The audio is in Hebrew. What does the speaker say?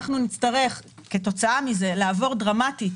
נצטרך כתוצאה מזה לעבור דרמטית,